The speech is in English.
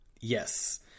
Yes